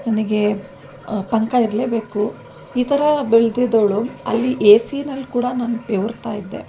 ನನಗೆ ಪಂಕ ಇರಲೇ ಬೇಕು ಈ ಥರ ಬೆಳೆದಿದ್ದೋಳು ಅಲ್ಲಿ ಎಸಿನಲ್ಲಿ ಕೂಡ ನಾನು ಬೆವರ್ತಾ ಇದ್ದೆ